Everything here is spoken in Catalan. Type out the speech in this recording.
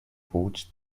puig